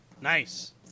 Nice